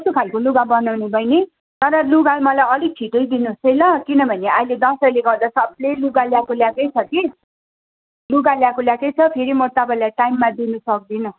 कस्तो खाले लुगा बनाउने बहिनी तर लुगा मलाई अलिक छिटै दिनु होस् है ल किनभने अहिले दसैँले गर्दा सबले लुगा ल्याएको ल्याएकै छ कि लुगा ल्याएको ल्याएकै छ फेरि म तपाईँलाई टाइममा दिनु सक्दिनँ